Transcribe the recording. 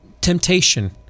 temptation